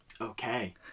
Okay